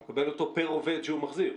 הוא מקבל אותו פר עובד שהוא מחזיר.